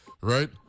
right